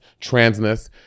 transness